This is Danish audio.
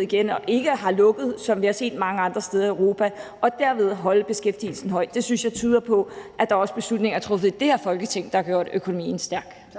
igen og ikke er lukket, som vi har set det mange andre steder i Europa, og derved holde beskæftigelsen høj, synes jeg tyder på, at der også er beslutninger truffet i det her Folketing, der har gjort økonomien stærk.